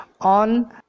on